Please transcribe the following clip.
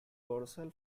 dorsal